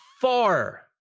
far